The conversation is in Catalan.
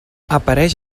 apareix